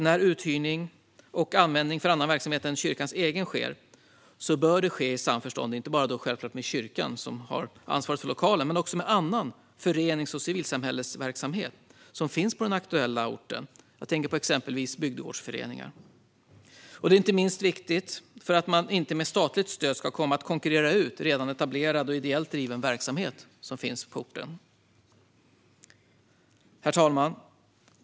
När uthyrning och användning för annan verksamhet än kyrkans egen sker är det samtidigt viktigt att det självklart bör ske i samförstånd med inte bara den kyrka som har ansvar för lokalen utan även annan förenings och civilsamhällesverksamhet som finns på den aktuella orten. Jag tänker exempelvis på bygdegårdsföreningar. Det är inte minst viktigt för att man inte med statligt stöd ska konkurrera ut redan etablerad och ideellt driven verksamhet på orten. Herr talman!